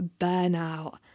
burnout